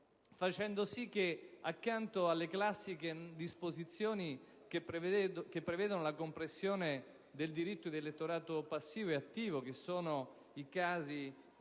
particolare, accanto alle classiche disposizioni che prevedono la compressione del diritto di elettorato passivo e attivo nei casi